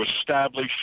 establish